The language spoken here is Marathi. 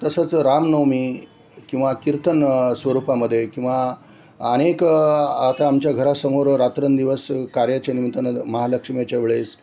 तसंच रामनवमी किंवा कीर्तन स्वरूपामध्ये किंवा अनेक आता आमच्या घरासमोर रात्रनंदिवस कार्याच्या निमित्तानं महालक्ष्मीच्या वेळेस